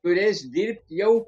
turės dirbti jau